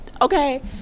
Okay